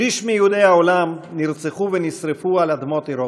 שליש מיהודי העולם נרצחו ונשרפו על אדמות אירופה.